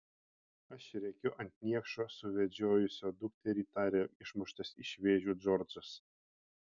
aš rėkiu ant niekšo suvedžiojusio dukterį tarė išmuštas iš vėžių džordžas